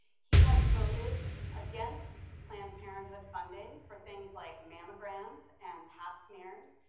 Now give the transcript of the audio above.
he has voted against planned parenthood funding for things like mammograms and pap smears.